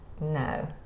No